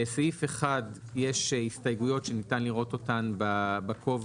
לסעיף 1 יש הסתייגויות שניתן לראות אותן בקובץ